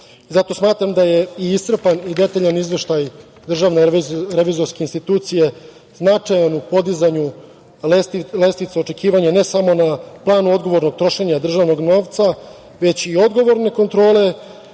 Zato smatram da je i iscrpan i detaljan izveštaj DRI značajan u podizanju lestvice očekivanja, ne samo na planu odgovornog trošenja državnog novca, već i odgovorne kontrole